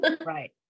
right